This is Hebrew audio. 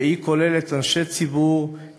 והיא כוללת אנשי ציבור,